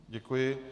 Děkuji.